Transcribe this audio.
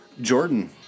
Jordan